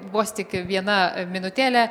vos tik viena minutėlė